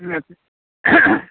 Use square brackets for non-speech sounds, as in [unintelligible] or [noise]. [unintelligible]